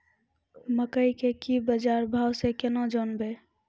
मकई के की बाजार भाव से केना जानवे?